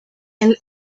and